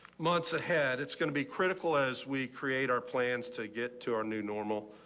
months ahead, it's going to be critical as we create our plans to get to our new normal.